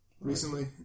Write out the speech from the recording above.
recently